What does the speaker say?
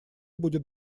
будет